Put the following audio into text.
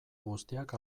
guztiak